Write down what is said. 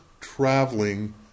traveling